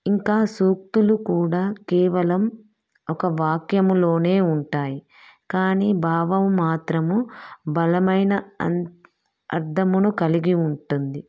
ఇంకా సూక్తులు కూడా కేవలం ఒక వాక్యంలోనే ఉంటాయి కానీ భావం మాత్రము బలమైన అమ్ అర్థమును కలిగి ఉంటుంది